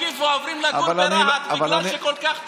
אנשים עוזבים את תל אביב ועוברים לגור ברהט בגלל שכל כך טוב.